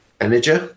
Energy